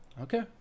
Okay